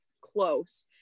close